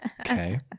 Okay